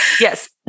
Yes